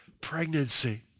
pregnancy